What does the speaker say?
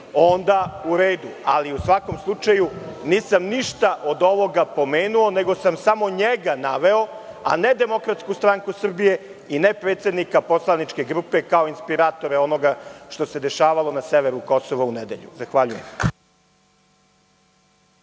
onda u redu. Ali, u svakom slučaju, nisam ništa od ovoga pomenuo, nego samo njega naveo, a ne DSS i ne predsednika poslaničke grupe, kao inspiratore onoga što se dešavalo na severu Kosova u nedelju. Zahvaljujem.